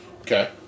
Okay